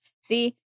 See